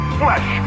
flesh